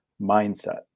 mindset